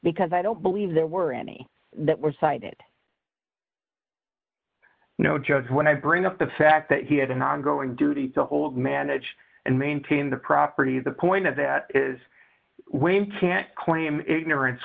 because i don't believe there were any that were cited you know just when i bring up the fact that he had an ongoing duty to hold manage and maintain the property the point of that is wayne can't claim ignorance